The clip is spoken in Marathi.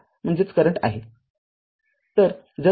तरजर ही ३